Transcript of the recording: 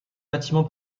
bâtiment